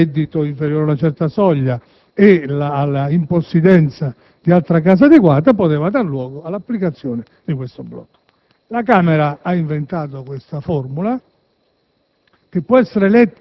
al reddito inferiore a una certa soglia e all'impossidenza di altra casa adeguata, all'applicazione di questo blocco. La Camera dei deputati ha inventato questa formula,